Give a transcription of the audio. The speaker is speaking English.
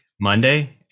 Monday